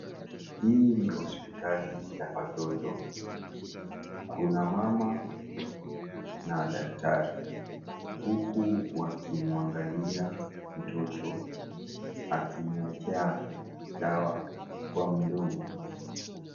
Hii ni hospitali ya watoto Kuna mama huyu na daktari huku wakimwangalia mtoto akimwekea dawa kwa mdomo.